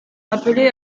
appelé